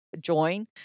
join